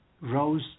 rose